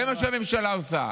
זה מה שהממשלה עושה.